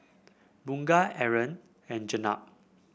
Bunga Aaron and Jenab